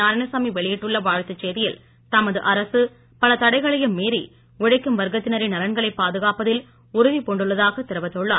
நாராயணசாமி வெளியிட்டுள்ள வாழ்த்துச் செய்தியில் தமது அரசு பல தடைகளையும் மீறி உழைக்கும் வர்க்கத்தினரின் நலன்களைப் பாதுகாப்பதில் உறுதி பூண்டுள்ளதாக தெரிவித்துள்ளார்